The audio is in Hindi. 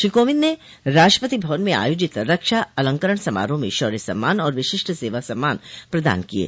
श्री कोविंद ने राष्ट्रपति भवन में आयोजित रक्षा अलंकरण समारोह में शौर्य सम्मान और विशिष्ट सेवा सम्मान प्रदान किये